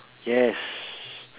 yes